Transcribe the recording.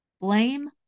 Blame